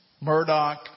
Murdoch